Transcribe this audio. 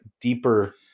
deeper